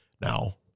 now